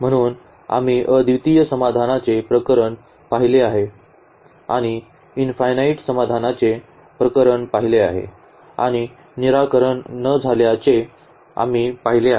म्हणून आम्ही अद्वितीय समाधानाचे प्रकरण पाहिले आहे आम्ही इंफायनाईट समाधानांचे प्रकरण पाहिले आहे आणि निराकरण न झाल्याचे आम्ही पाहिले आहे